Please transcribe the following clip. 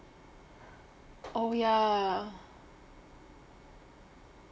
oh ya